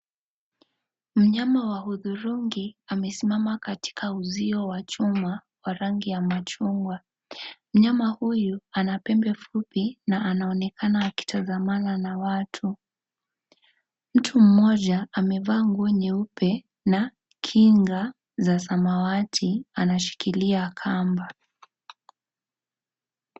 Mnyama Wa hudhurungi amesimama katika uzio wa chuma wa rangi ya machungwa . Mnyama huyu ana pempe fupi na anaonekana amitangamana na watu. Mtu mmoja maevaa nguo nyeupe na kknga za samawati ,a ashikilia Kamba .